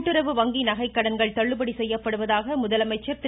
கூட்டுறவு வங்கி நகை கடன்கள் தள்ளுபடி செய்யப்படுவதாக முதலமைச்சர் திரு